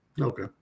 Okay